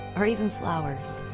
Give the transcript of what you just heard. or even flowers,